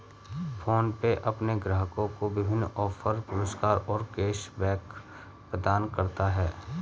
PhonePe अपने ग्राहकों को विभिन्न ऑफ़र, पुरस्कार और कैश बैक प्रदान करता है